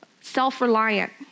self-reliant